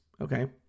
Okay